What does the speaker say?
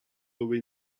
dove